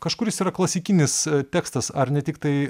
kažkuris yra klasikinis tekstas ar ne tiktai